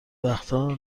وقتها